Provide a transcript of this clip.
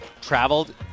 traveled